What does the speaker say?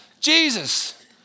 Jesus